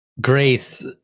Grace